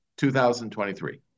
2023